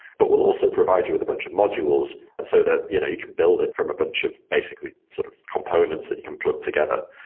but we'll also provide you with a bunch of modules so that you know you can build it from a bunch of basically sort of components that you can plug together.